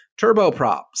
turboprops